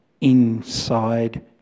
inside